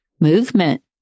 movement